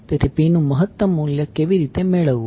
તેથી P નું મહત્તમ મૂલ્ય કેવી રીતે મેળવવું